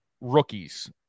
rookies